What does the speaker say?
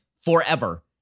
forever